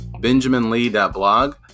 benjaminlee.blog